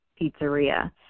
pizzeria